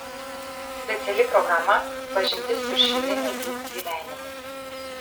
speciali programa pažintis su šilinių dzūkų gyvenimu